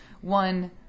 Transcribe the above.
One